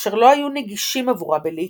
אשר לא היו נגישים עבורה בליטא,